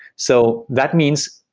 so that means,